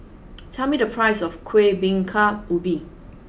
tell me the price of Kueh Bingka Ubi